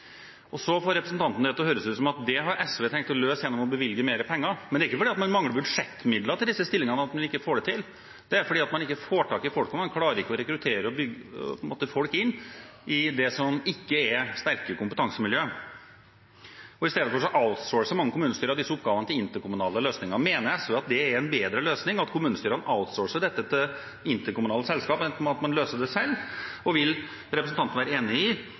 psykologer. Så får representanten det til å høres ut som at det har SV tenkt å løse gjennom å bevilge mer penger. Men det er ikke fordi man mangler budsjettmidler til disse stillingene, at man ikke får det til. Det er fordi man ikke får tak i folk. Man klarer ikke å rekruttere folk inn i det som ikke er sterke kompetansemiljø. Istedenfor «outsourcer» mange kommunestyrer disse oppgavene til interkommunale løsninger. Mener SV at det er en bedre løsning at kommunestyrene «outsourcer» dette til interkommunale selskap enn at man løser det selv? Og er representanten enig i